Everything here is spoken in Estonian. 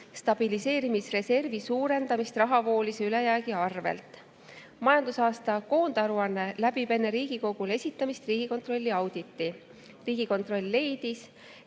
stabiliseerimisreservi suurendamist rahavoolise ülejäägi arvel. Majandusaasta koondaruanne läbis enne Riigikogule esitamist Riigikontrolli auditi. Riigikontroll leidis,